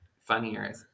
funnier